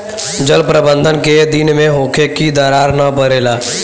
जल प्रबंधन केय दिन में होखे कि दरार न परेला?